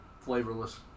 flavorless